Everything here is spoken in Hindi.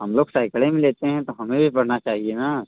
हम लोग सैकड़ों में लेते हैं तो हमें भी बढ़ना चाहिए ना